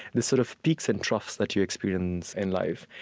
the sort of peaks and troughs that you experience in life.